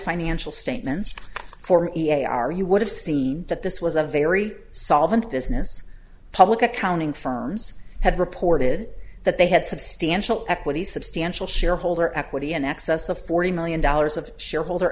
financial statements for a are you would have seen that this was a very solvent business public accounting firms had reported that they had substantial equity substantial shareholder equity in excess of forty million dollars of shareholder